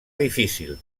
difícil